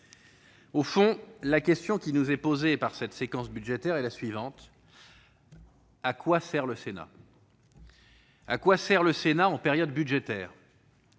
Au fond, la question qui nous est posée au cours de cette séquence budgétaire est la suivante : à quoi sert le Sénat ? À quoi sert le Sénat en période budgétaire ?